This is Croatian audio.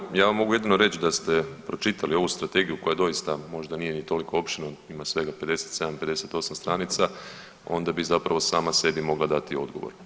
Pa evo ja vam mogu jedino reći da ste pročitali ovu strategiju koja doista možda nije ni toliko opširna ima svega 57-58 stranica onda bi zapravo sama sebi mogla dati odgovor.